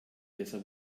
besser